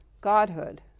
Godhood